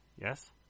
Yes